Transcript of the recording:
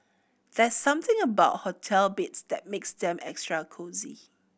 there's something about hotel beds that makes them extra cosy